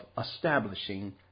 establishing